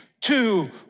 two